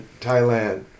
Thailand